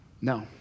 No